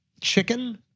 chicken